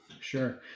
Sure